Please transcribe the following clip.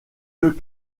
deux